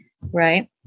Right